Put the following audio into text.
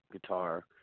guitar